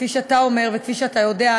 כפי שאתה אומר וכפי שאתה יודע,